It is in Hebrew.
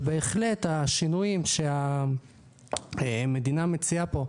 ובהחלט השינויים שהמדינה מציעה פה,